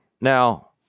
now